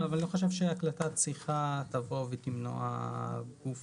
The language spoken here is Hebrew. אבל אני לא חושב שהקלטת שיחה תמנע גוף